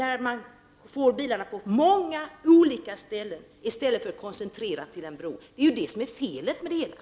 Då far bilarna på många olika håll i stället för att de är koncentrerade till en bro. Det är ju det som är felet med denna tanke.